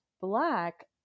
Black